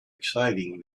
exciting